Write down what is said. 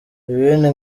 ibindi